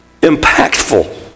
impactful